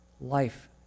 life